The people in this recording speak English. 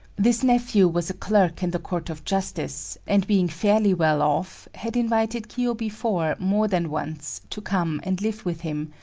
this nephew was a clerk in the court of justice, and being fairly well off, had invited kiyo before more than once to come and live with him,